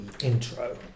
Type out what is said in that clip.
intro